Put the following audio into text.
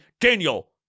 Daniel